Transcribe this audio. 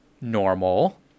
normal